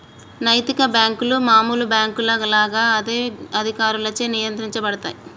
నైతిక బ్యేంకులు మామూలు బ్యేంకుల లాగా అదే అధికారులచే నియంత్రించబడతయ్